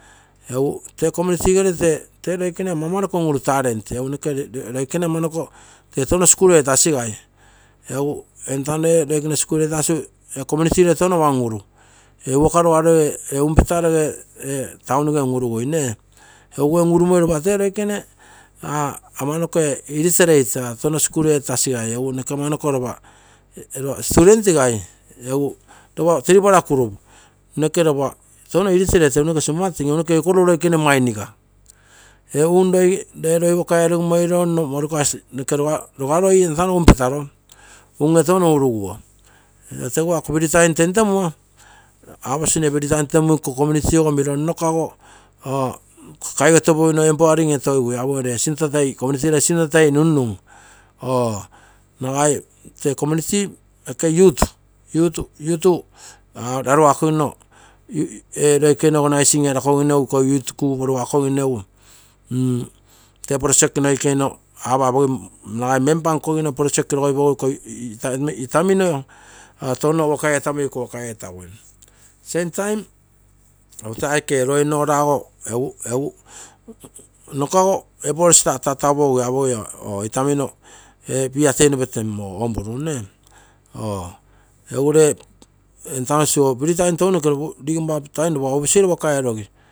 Tee community gere tee loikene amamanoko un uru tee talent egu noke tee roikene amamanoko tee tono skul etasigai egu entano ee loike community gere school atasigai entano ege unge tono ama un uru. ee unpetaro ege town gee ama un, uru. Ege unge un urumoi lopa tee loiken amanoko irretrated tono skul etasigai, noke amanoko lope student gai lopa threepla group noke ee loikene mainiga. Ee un roi ree nno morukasi rogaroi entano un petaro, unge egutouno uruguo nne teguo ako free time tentemugu community ogo miro nno empowering etogigui nagai ee loikene youth, ee loiken larugakogino ee youth kuu porugakogino, nagai member nkogino project noikeno rogoipogigu iko itamino, touno waku etamoi iko waka etagui, sametime ee law and order goo nno kuago tatauogigui ee itamino apogigui ee beer toi nno petem. Egu ree tee entano free time tounoke, rigomma tim lopa office gere waka erogi.